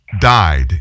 died